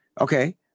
Okay